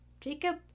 jacob